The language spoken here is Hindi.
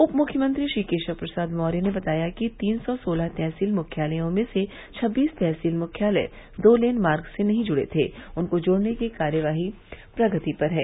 उप मुख्यमंत्री श्री केशव प्रसाद मौर्य ने बताया कि तीन सौ सोलह तहसील मुख्यालयों में से छब्बीस तहसील मुख्यालय दो लेन मार्ग से नही जुड़े थे उनको जोड़ने की कार्यवाही प्रगति पर है